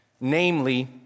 namely